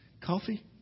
Coffee